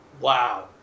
Wow